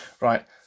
right